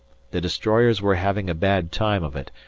the destroyers were having a bad time of it,